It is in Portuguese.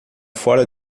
fora